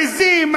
העזים,